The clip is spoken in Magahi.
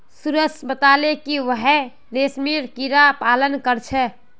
सुरेश बताले कि वहेइं रेशमेर कीड़ा पालन कर छे